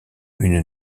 une